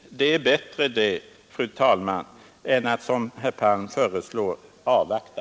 Det är bättre det, fru talman, än att, som herr Palm föreslår, avvakta.